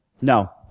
No